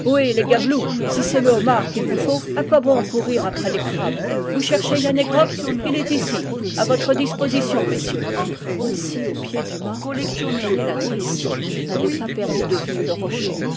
si c'est le homard qu'il vous faut à quoi bon courir après les crabes vous cherchez yann he grok il est ici a votre disposition messieurs assis au pied du mût dont je tenais la drisse je n avais pas perdu de vue le rocher